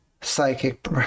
Psychic